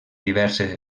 diverses